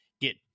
get